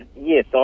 Yes